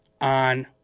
on